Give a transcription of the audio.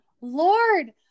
Lord